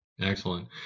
Excellent